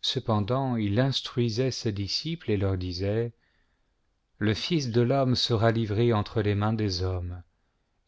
cependant il instruisait ses disciples et leur disait le fils de l'homme sera livré entre les mains des hommes